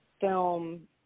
film